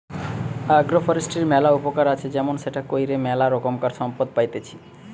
agro ফরেষ্ট্রীর ম্যালা উপকার আছে যেমন সেটা কইরে ম্যালা রোকমকার সম্পদ পাইতেছি